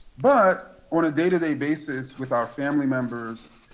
but on a day to day basis with our family members,